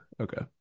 Okay